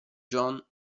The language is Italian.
john